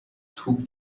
توپ